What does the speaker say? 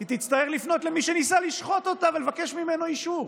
היא תצטרך לפנות למי שניסה לשחוט אותה ולבקש ממנו אישור?